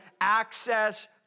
access